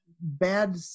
bad